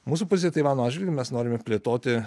mūsų pozicija taivano atžvilgiu mes norime plėtoti